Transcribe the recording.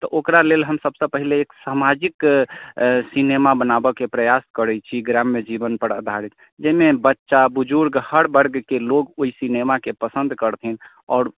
तऽ ओकरा लेल हम सभसँ पहिले एक समाजिक सिनेमा बनाबऽके प्रआस करैत छी ग्राम्य जीवन पर आधारित जाहिमे बच्चा बुजुर्ग हर वर्गकेँ लोग ओहि सिनेमाके पसन्द करथिन आओर